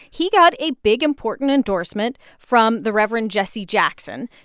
he got a big, important endorsement from the reverend jesse jackson.